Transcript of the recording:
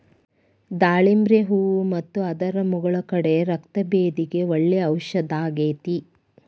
ದಾಳಿಂಬ್ರಿ ಹೂ ಮತ್ತು ಅದರ ಮುಗುಳ ಕಾಡೆ ರಕ್ತಭೇದಿಗೆ ಒಳ್ಳೆ ಔಷದಾಗೇತಿ